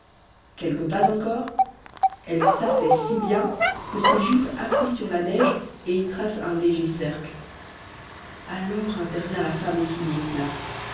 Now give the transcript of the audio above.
quelques pas encore elle s'affaisse si bien que ses jupes appuient sur la neige et y tracent un léger cercle alors intervient la femme aux souliers plats